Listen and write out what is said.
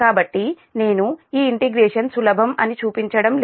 కాబట్టి నేను ఈ ఇంటిగ్రేషన్ సులభం అని చూపించడం లేదు